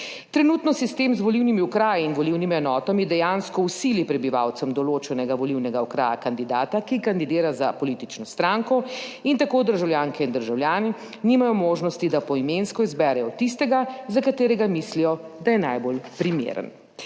Trenutno sistem z volilnimi okraji in volilnimi enotami dejansko v sili prebivalcem določenega volilnega okraja kandidata, ki kandidira za politično stranko in tako državljanke in državljani nimajo možnosti, da poimensko izberejo tistega, za katerega mislijo, da je najbolj primeren.